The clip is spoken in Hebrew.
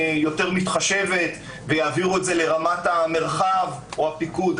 יותר מתחשבת ויעבירו את זה לרמת המרחב או הפיקוד,